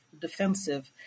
defensive